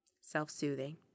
self-soothing